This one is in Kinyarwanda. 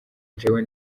jyewe